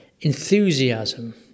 enthusiasm